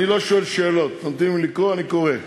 אני לא שואל שאלות, נותנים לי לקרוא, אני קורא.